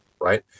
right